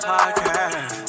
Podcast